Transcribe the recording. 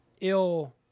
ill